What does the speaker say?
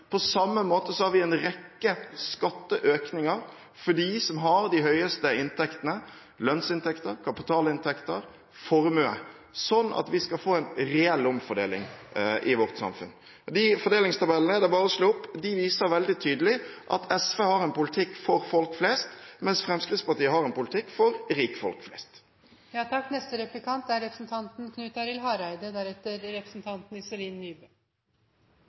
På samme måte har vi en rekke skatteøkninger for dem som har de høyeste inntektene – lønnsinntekter, kapitalinntekter, formue – sånn at vi skal få en reell omfordeling i vårt samfunn. De fordelingstabellene er det bare å slå opp. De viser veldig tydelig at SV har en politikk for folk flest, mens Fremskrittspartiet har en politikk for rikfolk